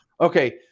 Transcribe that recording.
okay